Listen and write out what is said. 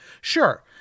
Sure